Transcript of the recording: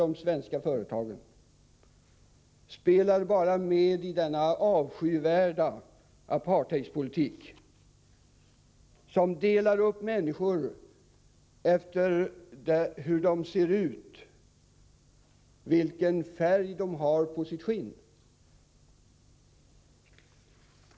de svenska företagen, spelar bara med i denna avskyvärda apartheidpolitik som delar upp människor efter hur de ser ut, vilken färg de har på sitt skinn.